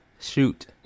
shoot